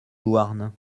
louarn